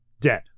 Dead